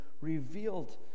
revealed